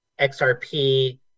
XRP